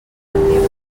vendibles